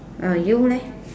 ah you leh